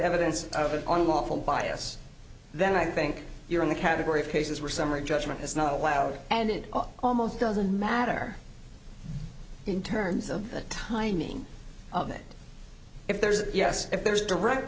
evidence of an unlawful bias then i think you're in the category of cases were summary judgment is not allowed and it almost doesn't matter in terms of the timing of it if there is a yes if there is direct